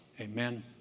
Amen